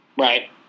Right